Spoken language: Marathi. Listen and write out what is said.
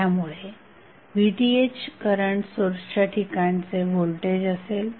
त्यामुळे VTh करंट सोर्सच्या ठिकाणचे व्होल्टेज असेल